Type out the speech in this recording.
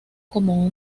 como